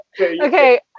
Okay